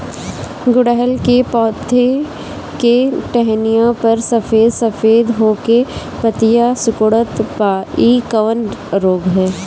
गुड़हल के पधौ के टहनियाँ पर सफेद सफेद हो के पतईया सुकुड़त बा इ कवन रोग ह?